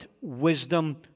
wisdom